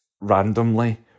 randomly